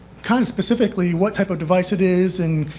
kind of specifically, what type of device it is and